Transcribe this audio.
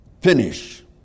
finish